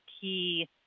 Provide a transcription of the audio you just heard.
key